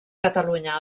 catalunya